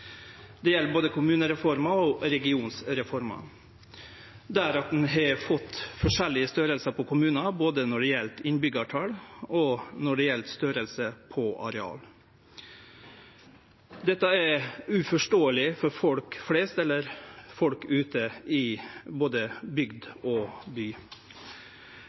Det gjeld både kommunereforma og regionreforma, der ein har fått forskjellig størrelse på kommunar når det gjeld både innbyggjartal og størrelse på areal. Dette er uforståeleg for folk flest, eller folk ute i både bygd og by.